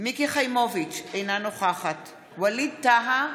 מיקי חיימוביץ' אינה נוכחת ווליד טאהא,